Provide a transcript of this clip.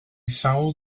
sawl